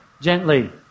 gently